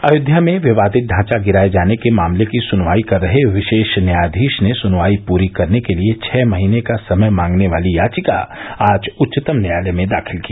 अयोध्या में विवादित ढांचा गिराये जाने के मामले की सुनवाई कर रहे विशेष न्यायाधीश ने सुनवाई प्ररी करने के लिए छह महीने का समय मांगने वाली याचिका आज उच्चतम न्यायालय में दाखिल की